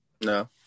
No